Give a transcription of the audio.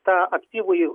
tą aktyvųjį